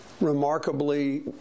remarkably